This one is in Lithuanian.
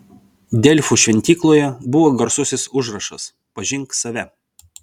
delfų šventykloje buvo garsusis užrašas pažink save